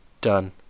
Done